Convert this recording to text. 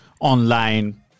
online